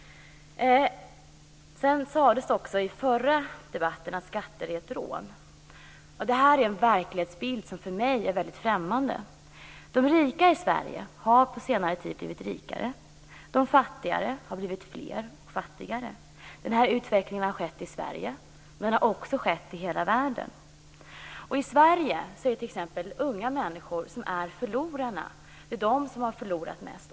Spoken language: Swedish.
Sedan sades det också i den förra debatten att skatter är ett rån. Det är en verklighetsbild som för mig är väldigt främmande. De rika i Sverige har på senare tid blivit rikare. De fattiga har blivit fler och fattigare. Den utvecklingen har skett i Sverige, men den har också skett i hela världen. I Sverige är det t.ex. unga människor som är förlorarna. Det är de som har förlorat mest.